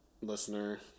listener